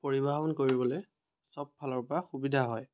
পৰিবহণ কৰিবলৈ চব ফালৰ পৰা সুবিধা হয়